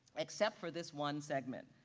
except for this one segment.